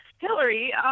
Hillary